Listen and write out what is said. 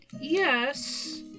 Yes